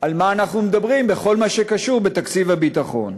על מה אנחנו מדברים בכל מה שקשור בתקציב הביטחון.